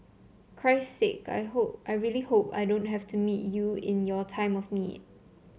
Christ sake I hope I really hope I don't have to meet you in your time of need